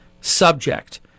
Subject